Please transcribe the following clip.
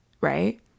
right